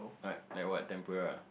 what like what tempura ah